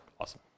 awesome